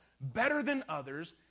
...better-than-others